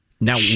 Now